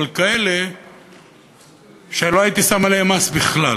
אבל יש כאלה שלא הייתי שם עליהם בכלל.